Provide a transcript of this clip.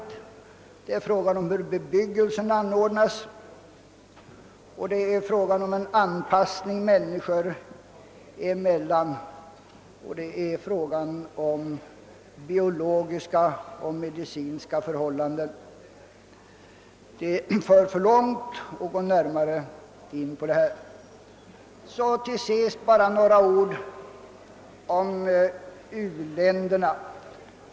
Till miljöproblemen hör inte bara luft-, vattenoch bebyggelsefrågorna, utan även anpassningen människor emellan samt vissa biologiska och medicinska frågor. Det skulle emellertid föra för långt att gå närmare in på de sakerna. Slutligen vill jag också säga någo om u-länderna.